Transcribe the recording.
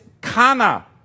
kana